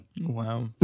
Wow